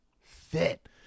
fit